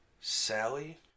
Sally